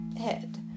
head